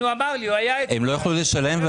הם לא יוכלו לשלם.